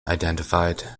identified